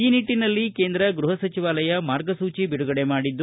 ಈ ನಿಟ್ಟಿನಲ್ಲಿ ಕೇಂದ್ರ ಗೃಪ ಸಚಿವಾಲಯ ಮಾರ್ಗಸೂಚಿ ಬಿಡುಗಡೆ ಮಾಡಿದೆ